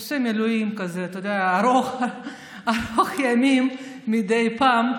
עושה מילואים, ככה, אתה יודע, ארוכי ימים מדי פעם.